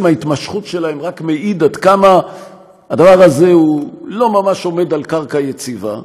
עצם ההתמשכות שלהן רק מעיד עד כמה הדבר הזה לא ממש עומד על קרקע יציבה,